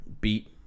beat